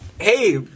hey